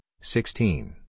sixteen